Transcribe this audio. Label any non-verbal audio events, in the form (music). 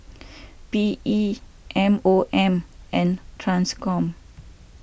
(noise) P E M O M and Transcom